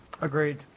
Agreed